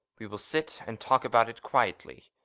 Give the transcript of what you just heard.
we will sit and talk about it quietly.